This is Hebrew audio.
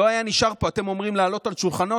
לא היה נשאר פה, אתם אומרים לעלות על שולחנות?